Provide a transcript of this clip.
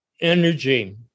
energy